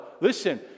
listen